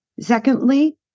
Secondly